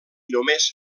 només